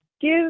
give